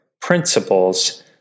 principles